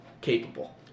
capable